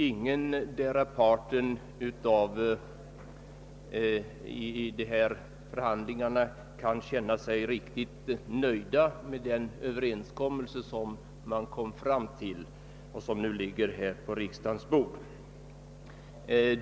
Ingendera parten i dessa förhandlingar kan väl känna sig riktigt nöjd med den överenskommelse som träffades och som nu ligger på riksdagens bord.